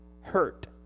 hurt